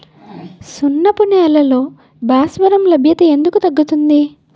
సున్నపు నేలల్లో భాస్వరం లభ్యత ఎందుకు తగ్గుతుంది?